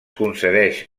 concedeix